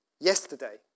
yesterday